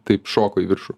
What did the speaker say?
taip šoko į viršų